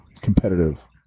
competitive